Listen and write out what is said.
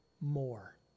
more